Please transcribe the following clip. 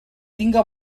tinga